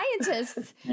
scientists